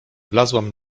wlazłam